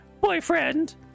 boyfriend